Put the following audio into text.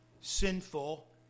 sinful